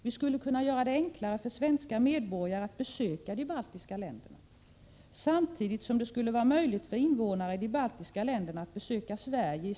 Vi skulle kunna göra det enklare för svenska medborgare att besöka de baltiska länderna, samtidigt som det skulle vara möjligt för invånarna i de baltiska länderna att besöka Sverige.